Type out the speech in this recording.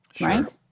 Right